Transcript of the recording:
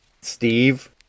Steve